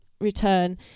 return